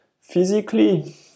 physically